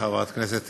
חברת הכנסת